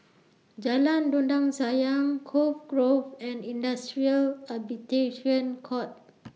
Jalan Dondang Sayang Cove Grove and Industrial Arbitration Court